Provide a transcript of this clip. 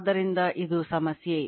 ಆದ್ದರಿಂದ ಇದು ಸಮಸ್ಯೆ